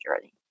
journey